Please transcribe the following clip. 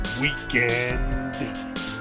Weekend